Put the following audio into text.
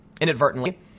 inadvertently